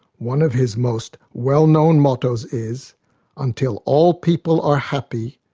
one of his most well-known mottoes is until all people are happy,